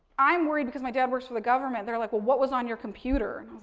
i'm worried because my dad works for the government. they were like, well, what was on your computer?